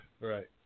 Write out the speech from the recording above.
Right